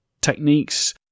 techniques